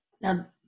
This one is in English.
Now